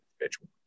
individual